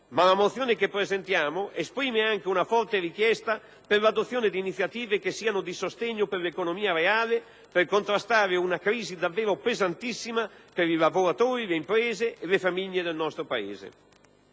La mozione che presentiamo esprime però anche una forte richiesta per l'adozione di iniziative che siano di sostegno per l'economia reale per contrastare una crisi davvero pensantissima per i lavoratori, le imprese e le famiglie del nostro Paese.